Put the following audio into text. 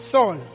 Soul